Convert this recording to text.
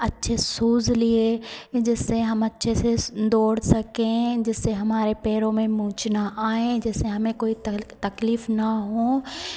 अच्छे शूज़ लिए जिससे हम अच्छे से दौड़ सकें जिससे हमारे पैरों में मोच ना आएं जिससे हमें कोई तक तकलीफ ना हो